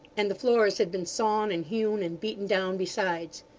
and the floors had been sawn, and hewn, and beaten down, besides.